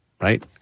Right